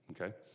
Okay